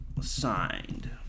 signed